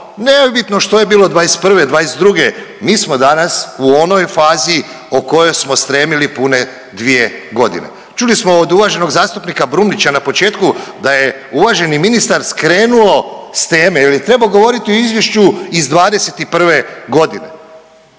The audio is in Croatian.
nebitno što je bilo '21., '22. mi smo danas u onoj fazi o kojoj smo stremili pune 2 godine. Čuli smo od uvaženog zastupnika Brumnića na početku da je uvaženi ministar skrenuo s teme jel je trebao govoriti o Izvješću iz '21. godine.